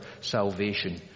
salvation